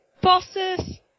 bosses